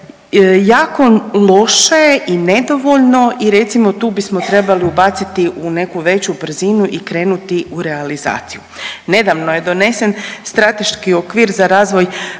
jako loše i nedovoljno i recimo tu bismo trebali ubaciti u neku veću brzinu i krenuti u realizaciju. Nedavno je donesen Strateški okvir za razvoj